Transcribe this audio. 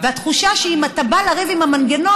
התחושה שאם אתה בא לריב עם המנגנון,